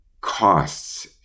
costs